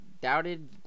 doubted